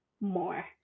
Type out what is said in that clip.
more